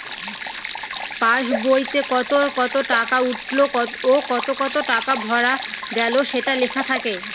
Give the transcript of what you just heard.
pass বইতে কত কত টাকা উঠলো ও কত কত টাকা ভরা গেলো সেটা লেখা থাকে